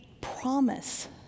promise